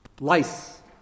Lice